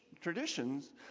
traditions